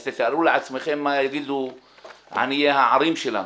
אז תתארו לעצמכם מה יגידו עניי הערים שלנו,